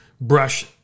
brush